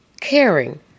caring